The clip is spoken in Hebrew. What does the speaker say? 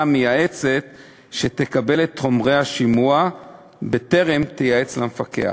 המייעצת שתקבל את חומרי השימוע בטרם תייעץ למפקח.